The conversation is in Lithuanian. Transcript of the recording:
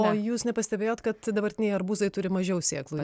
o jūs nepastebėjot kad dabartiniai arbūzai turi mažiau sėklų